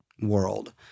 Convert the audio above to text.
world